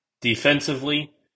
Defensively